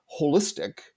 holistic